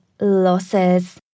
losses